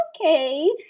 okay